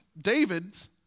David's